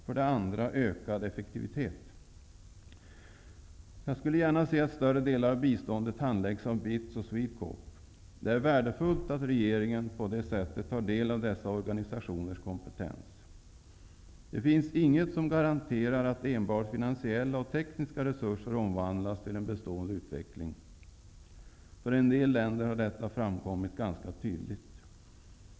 För det andra gäller det ökad effektivitet. Jag skulle gärna se att större delar av biståndet handläggs av BITS och SwedeCorp. Det är värdefullt att regeringen på det sättet tar del av dessa organisationers kompetens. Det finns inget som garanterar att enbart finansiella och tekniska resurser omvandlas till en bestående utveckling. För en del länder har detta framkommit ganska tydligt.